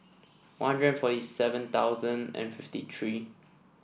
One Hundred forty seven thousand and fifty three